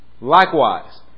likewise